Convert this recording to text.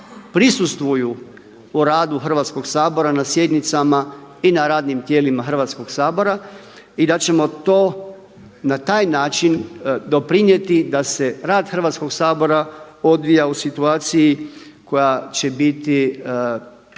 prisustvuju u radu Hrvatskoga sabora na sjednicama i na radnim tijelima Hrvatskoga sabora i da ćemo to na taj način doprinijeti da se rad Hrvatskoga sabora odvija u situaciji koja će biti takva